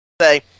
say